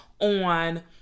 on